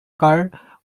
car